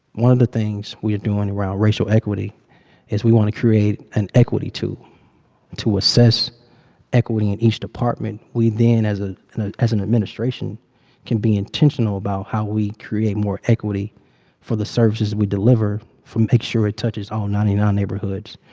one of the things we're doing around racial equity is we want to create an equity tool to assess equity in each department. we then as a as an administration can be intentional about how we create more equity for the services we deliver for make sure it touches all ninety nine neighborhoods,